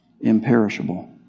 imperishable